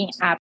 app